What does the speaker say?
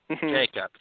Jacob